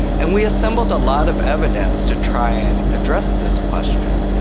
and we assembled a lot of evidence to try and address this question.